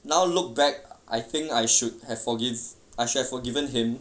now look back I think I should have forgive I should have forgiven him